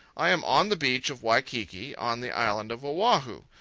i am on the beach of waikiki on the island of oahu.